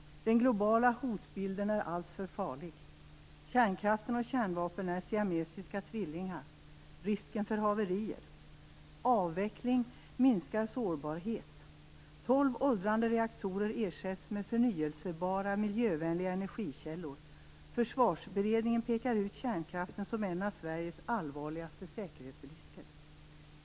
Den globala hotbilden är alltför farlig. Kärnkraften och kärnvapen är siamesiska tvillingar, och dessutom har vi risken för haverier. Avveckling minskar vår sårbarhet. Tolv åldrande reaktorer ersätts med förnybara, miljövänliga energikällor. Försvarsberedningen pekar ut kärnkraften som en av Sveriges allvarligaste säkerhetsrisker.